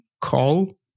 call